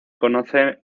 conoce